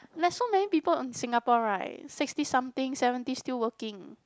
there's so many people in Singapore right sixty something seventy still working